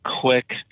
quick